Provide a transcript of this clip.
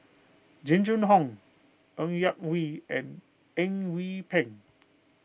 Jing Jun Hong Ng Yak Whee and Eng Yee Peng